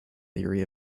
theory